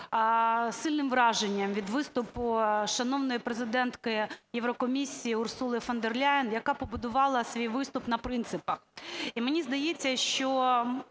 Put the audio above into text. сильним враженням від виступу шановної Президентки Єврокомісії Урсули фон дер Ляєн, яка побудувала свій виступ на принципах. І мені здається, що